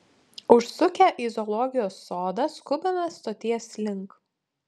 užsukę į zoologijos sodą skubame stoties link